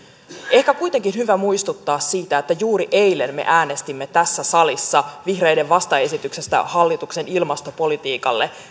ehkä kuitenkin on hyvä muistuttaa siitä että juuri eilen me äänestimme tässä salissa vihreiden vastaesityksestä hallituksen ilmastopolitiikalle